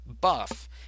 buff